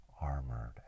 armored